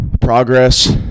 progress